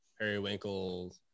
periwinkle